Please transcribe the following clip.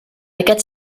aquest